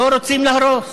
לא רוצים להרוס.